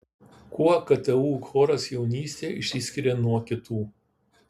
kuo ktu choras jaunystė išsiskiria nuo kitų